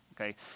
Okay